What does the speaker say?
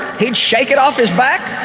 he'd shake it off his back,